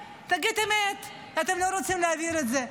תגיד את האמת, אתם לא רוצים להעביר את זה.